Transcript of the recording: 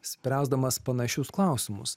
spręsdamas panašius klausimus